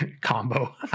combo